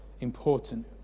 important